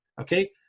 okay